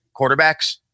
quarterbacks